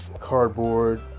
cardboard